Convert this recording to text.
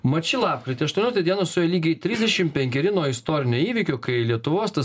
mat ši lapkritį aštuonioliktą dieną suėjo lygiai trisdešim penkeri nuo istorinio įvykio kai lietuvos tas